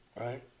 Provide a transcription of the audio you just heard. right